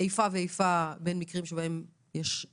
איפה ואיפה בין מקרים שבהם יש רק